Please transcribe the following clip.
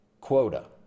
quota